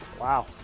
Wow